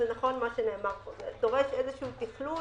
שנכון מה שנאמר פה, זה דורש איזשהו תכלול.